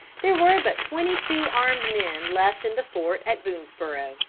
there were but twenty-two armed men left in the fort at boonesborough.